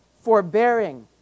forbearing